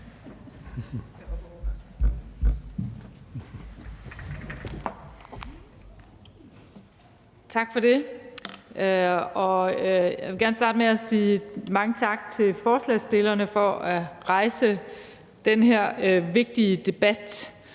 Tak for det. Jeg vil gerne starte med at sige mange tak til forslagsstillerne for at rejse den her vigtige debat.